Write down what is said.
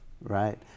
right